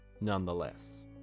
nonetheless